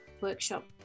workshop